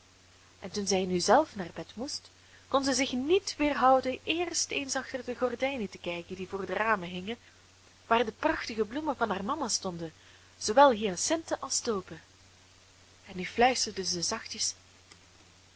en toen zij nu zelf naar bed moest kon zij zich niet weerhouden eerst eens achter de gordijnen te kijken die voor de ramen hingen waar de prachtige bloemen van haar mama stonden zoowel hyacinten als tulpen en nu fluisterde zij zachtjes